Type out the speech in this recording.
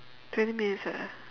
twenty minutes eh